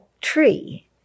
tree